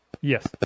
Yes